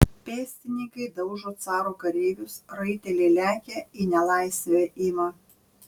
pėstininkai daužo caro kareivius raiteliai lekia į nelaisvę ima